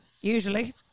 Usually